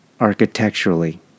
architecturally